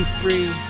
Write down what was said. free